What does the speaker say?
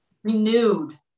renewed